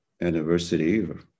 anniversary